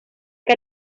que